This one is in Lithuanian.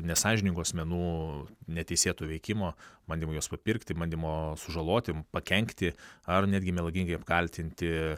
nesąžiningų asmenų neteisėto veikimo bandymo juos papirkti bandymo sužaloti pakenkti ar netgi melagingai apkaltinti